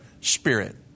spirit